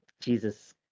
Jesus